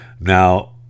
Now